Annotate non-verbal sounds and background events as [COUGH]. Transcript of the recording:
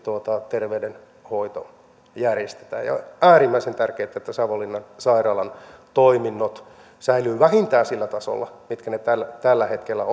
terveydenhoito järjestetään ja on äärimmäisen tärkeätä että savonlinnan sairaalan toiminnot säilyvät vähintään sillä tasolla millä ne tällä tällä hetkellä [UNINTELLIGIBLE]